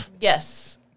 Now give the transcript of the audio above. Yes